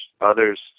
others